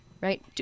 Right